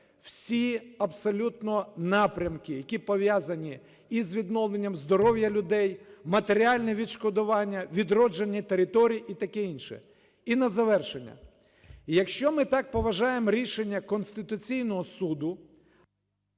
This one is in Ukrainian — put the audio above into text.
всі абсолютно напрямки, які пов'язані і з відновленням здоров'я людей, матеріальне відшкодування, відродження територій і таке інше. І на завершення. Якщо ми так поважаємо рішення Конституційного Суду…